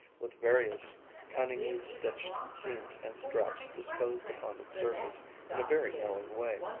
with various cunningly stitched seams and straps disposed upon its surface in a very knowing way.